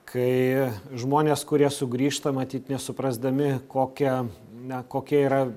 kai žmonės kurie sugrįžta matyt nesuprasdami kokia na kokia yra